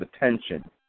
attention